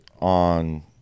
on